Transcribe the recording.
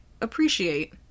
appreciate